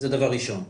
זה דבר ראשון.